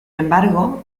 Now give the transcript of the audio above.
embargo